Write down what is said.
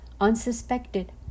unsuspected